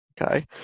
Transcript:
okay